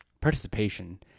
participation